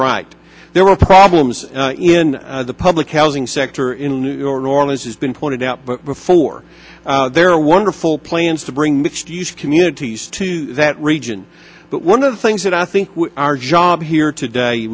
right there were problems in the public housing sector in new orleans has been pointed out before there are wonderful plans to bring mixed use communities to that region but one of the things that i think our job here today